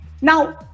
Now